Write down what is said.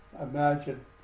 imagine